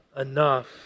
enough